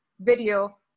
video